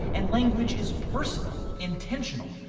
and language is personal, intentional,